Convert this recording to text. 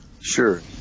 Sure